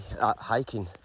hiking